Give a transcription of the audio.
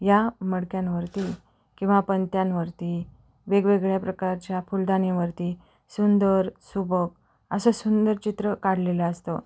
या मडक्यांवरती किंवा पणत्यांवरती वेगवेगळ्या प्रकारच्या फुलदाणीवरती सुंदर सुबक असं सुंदर चित्र काढलेलं असतं